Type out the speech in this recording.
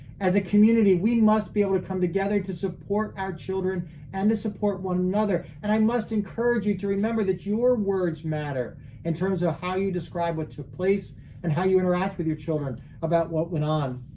as a community, we must be able to come together to support our children and to support one another. and i must encourage you to remember that your words matter in terms of how you described what took place and how you interact with your children about what went on.